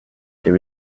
there